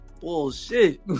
Bullshit